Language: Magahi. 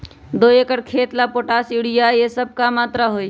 दो एकर खेत के ला पोटाश, यूरिया ये सब का मात्रा होई?